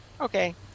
okay